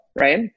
Right